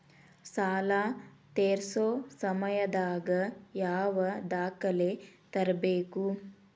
ಸಾಲಾ ತೇರ್ಸೋ ಸಮಯದಾಗ ಯಾವ ದಾಖಲೆ ತರ್ಬೇಕು?